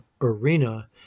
arena